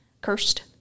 cursed